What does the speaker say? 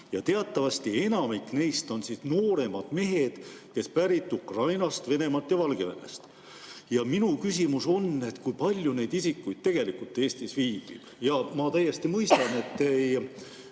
Teatavasti enamik neist on nooremad mehed, kes pärit Ukrainast, Venemaalt ja Valgevenest. Ja minu küsimus on, et kui palju neid isikuid tegelikult Eestis viibib. Ma täiesti mõistan, et te